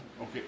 Okay